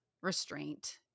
restraint